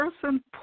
person